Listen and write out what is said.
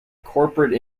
corporate